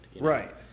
Right